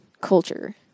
culture